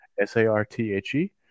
S-A-R-T-H-E